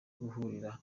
guhurira